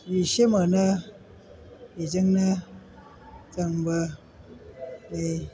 एसे मोनो बेजोंनो जोंबो बे